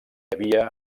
havia